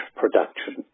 production